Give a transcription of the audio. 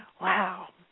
Wow